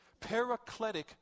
Paracletic